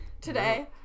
Today